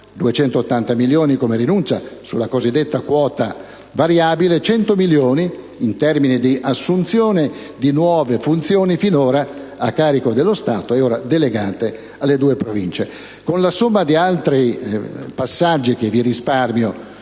280 milioni come rinuncia sulla cosiddetta quota variabile, e di 100 milioni in termini di assunzione di nuove funzioni finora a carico dello Stato e ora delegate alle due Province. Tenendo conto di altri passaggi, che vi risparmio